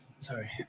Sorry